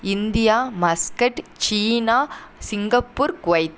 India Muscat சீனா Singapore Kuwait